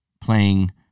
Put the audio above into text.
playing